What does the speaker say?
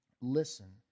listen